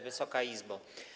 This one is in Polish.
Wysoka Izbo!